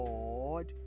God